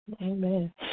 Amen